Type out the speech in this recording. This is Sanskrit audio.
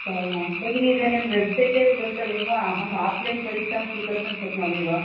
भगिनि इदानीं वेब्सैट् एव गन्तव्यं वा अहम् आफ्लैन् परीक्षां स्वीकर्तुं शक्नोमि वा